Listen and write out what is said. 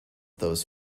those